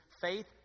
Faith